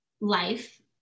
life